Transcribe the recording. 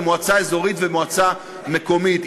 במועצה אזורית ובמועצה מקומית.